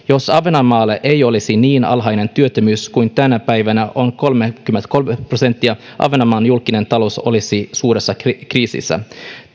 jos ahvenanmaalla ei olisi niin alhainen työttömyys kuin tänä päivänä on kolme pilkku kolme prosenttia ahvenanmaan julkinen talous olisi suuressa kriisissä